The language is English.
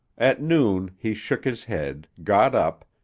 at noon he shook his head, got up,